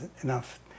enough